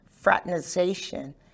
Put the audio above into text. fraternization